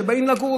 שבאים לגור,